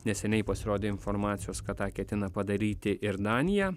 neseniai pasirodė informacijos kad tą ketina padaryti ir danija